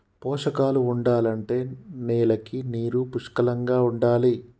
పోషకాలు ఉండాలంటే నేలకి నీరు పుష్కలంగా ఉండాలి